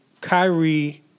Kyrie